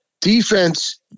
Defense